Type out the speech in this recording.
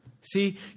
See